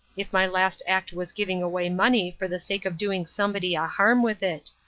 if my last act was giving away money for the sake of doing somebody a harm with it.